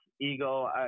ego